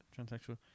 Transsexual